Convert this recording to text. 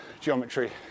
geometry